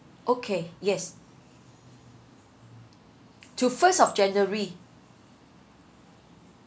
okay yes to first of january